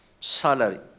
salary